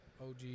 OG